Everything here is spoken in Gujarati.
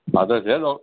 હા તો છે ડૉ